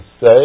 say